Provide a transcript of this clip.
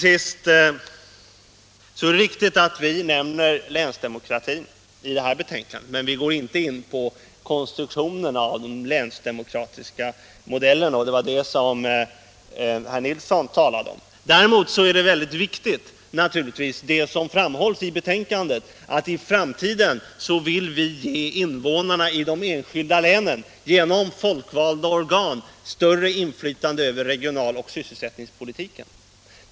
Det är riktigt att vi nämner länsdemokrati i betänkandet, men vi går inte in på konstruktionen av den länsdemokratiska modellen, och det var det som herr Nilsson talade om. Däremot framhålls i betänkandet att i framtiden vill vi genom folkvalda organ ge invånarna i de enskilda länen större inflytande över regional och sysselsättningspolitiken.